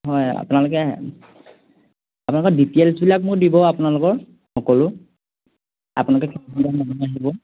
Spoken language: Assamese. হয় আপোনালোকে আপোনালোকৰ ডিটেইলছবিলাক মোক দিব আপোনালোকৰ সকলো আপোনালোকে কিমানজন মানুহ আহিব